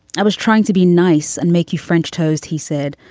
i was trying to be nice and make you french toast, he said.